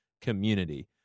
community